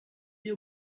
you